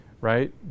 right